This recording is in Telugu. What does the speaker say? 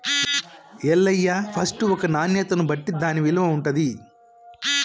ఎల్లయ్య ఫస్ట్ ఒక నాణ్యతను బట్టి దాన్న విలువ ఉంటుంది